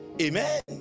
Amen